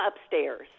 upstairs